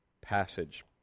passage